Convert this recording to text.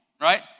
right